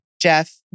Jeff